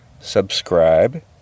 subscribe